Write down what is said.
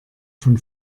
von